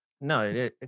No